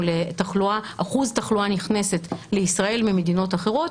לאחוז תחלואה נכנסת לישראל ממדינות אחרות,